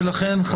לכן,